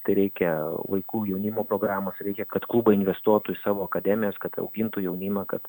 tai reikia vaikų jaunimo programos reikia kad klubai investuotų į savo akademijas kad augintų jaunimą kad